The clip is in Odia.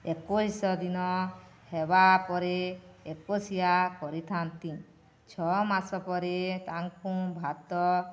ଏକୋଇଶ ଦିନ ହେବା ପରେ ଏକୋସିଆ କରିଥାନ୍ତି ଛଅ ମାସ ପରେ ତାଙ୍କୁ ଭାତ